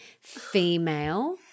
female